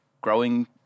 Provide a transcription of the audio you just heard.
growing